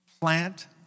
plant